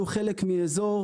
המפעל הוא חלק מאזור,